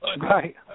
Right